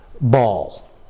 ball